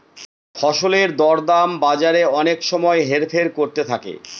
ফসলের দর দাম বাজারে অনেক সময় হেরফের করতে থাকে